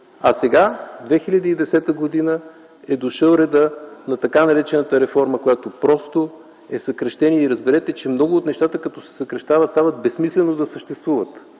а сега, през 2010 г., е дошъл редът на така наречената реформа, която просто е съкращение. Разберете, че много от нещата, като се съкращават, става безсмислено да съществуват.